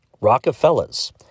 Rockefellers